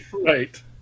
right